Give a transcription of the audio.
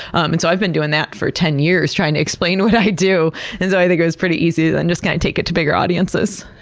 um and so i've been doing that for ten years, trying to explain what i do and so i think it was pretty easy to and just, kind of, take it to bigger audiences.